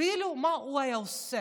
אילו, מה הוא היה עושה?